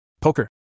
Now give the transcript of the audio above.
Poker